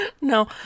No